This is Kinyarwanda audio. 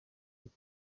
reka